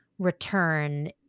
return